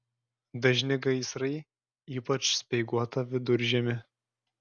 dažni gaisrai ypač speiguotą viduržiemį